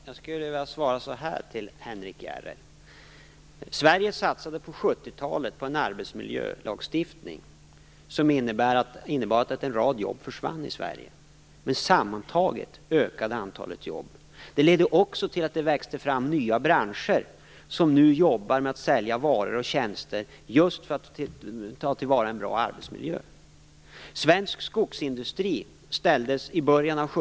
Fru talman! Sverige satsade på 1970-talet på en arbetsmiljölagstiftning som innebar att en rad jobb försvann i Sverige. Men sammantaget ökade antalet jobb. Det ledde också till att det växte fram nya branscher som nu jobbar med att sälja varor och tjänster just för att ta till vara en bra arbetsmiljö.